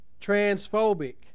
transphobic